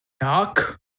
knock